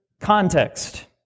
context